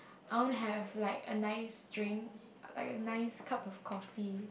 I want to have like a nice drink like a nice cup of coffee